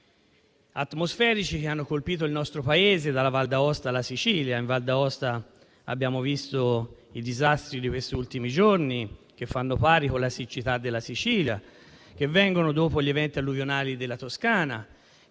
atmosferici che hanno colpito il nostro Paese, dalla Val d'Aosta alla Sicilia. In Val d'Aosta abbiamo visto i disastri di questi ultimi giorni, che fanno il paio con la siccità della Sicilia, che vengono dopo gli eventi alluvionali della Toscana,